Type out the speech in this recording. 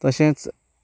तशेंच